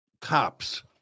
cops